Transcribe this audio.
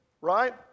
right